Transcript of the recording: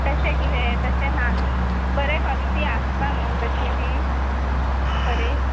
तशें किदें तशें ना न्हू बरें क्वॉलिटी आसता न्हू तशी बी बरें